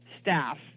staff